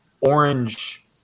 orange